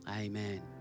amen